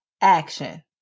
action